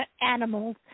animals